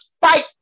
fight